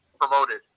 promoted